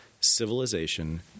civilization